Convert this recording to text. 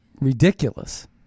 ridiculous